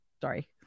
sorry